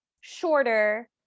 shorter